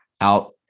out